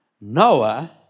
Noah